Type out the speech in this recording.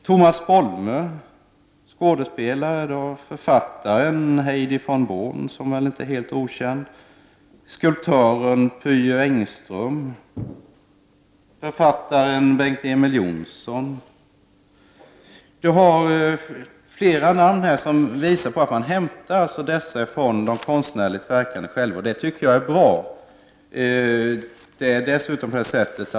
Jag tänker på skådespelaren Tomas Bolme, författaren Heidi von Born som inte är alldeles okänd, skulptören Pye Engström och författaren Bengt Emil Johnson. Flera namn vittnar om att man hämtar folk från de konstnärligt verkandes krets, och det tycker jag är bra.